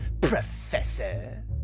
professor